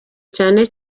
cyane